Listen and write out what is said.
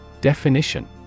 Definition